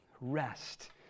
rest